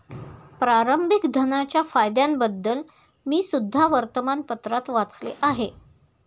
प्रारंभिक धनाच्या फायद्यांबद्दल मी सुद्धा वर्तमानपत्रात वाचले आहे